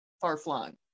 far-flung